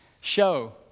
show